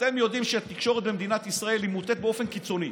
אתם יודעים שהתקשורת במדינת ישראל היא מוטה באופן קיצוני.